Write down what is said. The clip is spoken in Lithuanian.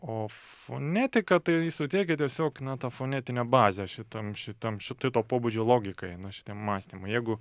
o fonetika tai ji suteikia tiesiog na tą fonetinę bazę šitam šitam šitai to pobūdžio logikai na šitam mąstymui jeigu